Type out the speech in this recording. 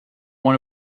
one